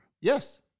Yes